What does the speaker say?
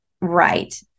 right